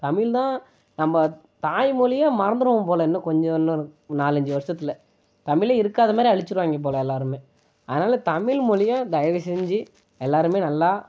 தமிழ் தான் நம்ம தாய்மொழியை மறந்துடுவோம் போல் இன்னும் கொஞ்சம் இன்னும் நாலஞ்சு வருஷத்தில் தமிழே இருக்காதமாதிரி அழிச்சிருவாய்ங்க போல் எல்லாருமே அதனால தமிழ் மொழியை தயவுசெஞ்சு எல்லாருமே நல்லா